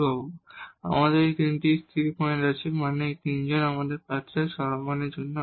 সুতরাং আমাদের এই তিনটি স্থির পয়েন্ট আছে মানে এই তিনজন ক্যান্ডিডেডরা এক্সট্রিমার জন্য আছে